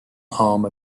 home